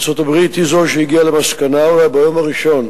ארצות-הברית היא זו שהגיעה למסקנה שאולי ביום הראשון